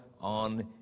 on